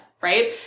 right